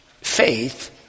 faith